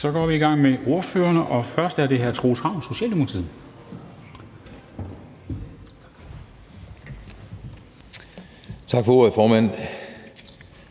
Så går vi i gang med ordførerne, og først er det hr. Troels Ravn, Socialdemokratiet.